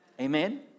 Amen